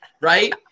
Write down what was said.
right